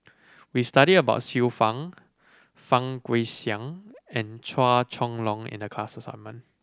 we studied about Xiu Fang Fang Guixiang and Chua Chong Long in the class assignment